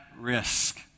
risk